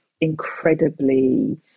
incredibly